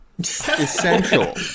essential